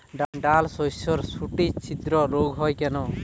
ডালশস্যর শুটি ছিদ্র রোগ হয় কেন?